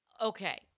Okay